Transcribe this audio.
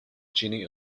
genie